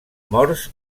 morts